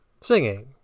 Singing